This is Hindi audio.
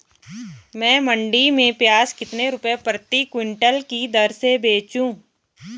मैं मंडी में प्याज कितने रुपये प्रति क्विंटल की दर से बेचूं?